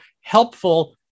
helpful